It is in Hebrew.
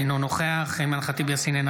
אינו נוכח אימאן ח'טיב יאסין,